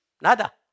nada